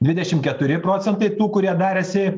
dvidešim keturi procentai tų kurie darėsi